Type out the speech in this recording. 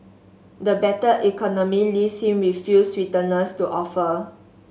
the battered economy leaves him with few sweeteners to offer